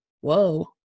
whoa